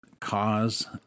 cause